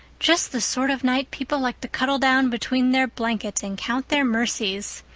just the sort of night people like to cuddle down between their blankets and count their mercies,